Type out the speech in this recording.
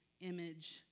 image